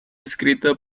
escrita